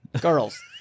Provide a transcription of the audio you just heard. Girls